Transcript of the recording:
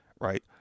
Right